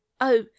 Oh